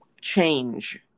change